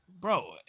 Bro